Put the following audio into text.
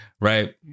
right